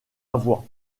avoir